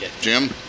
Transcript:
Jim